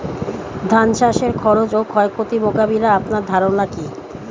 ধান চাষের খরচ ও ক্ষয়ক্ষতি মোকাবিলায় আপনার ধারণা কী?